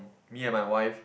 me and my wife